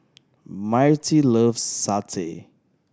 Myrtie loves satay